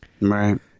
Right